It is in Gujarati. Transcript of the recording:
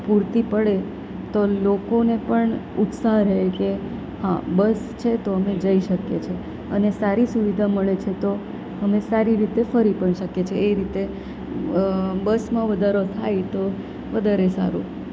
પૂરતી પડે તો લોકોને પણ ઉત્સાહ રહે કે હા બસ છે તો અમે જઈ શકીએ છીએ અને સારી સુવિધા મળે છે તો અમે સારી રીતે ફરી પણ શકીએ છીએ એ રીતે બસમાં વધારો થાય તો વધારે સારું